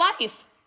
life